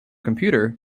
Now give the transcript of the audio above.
computer